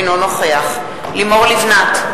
אינו נוכח לימור לבנת,